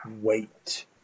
wait